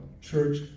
church